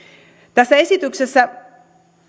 tässä esityksessä